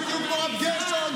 כשתהיו כמו הרב גרשון,